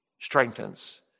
strengthens